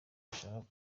bashaka